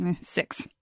six